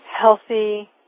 healthy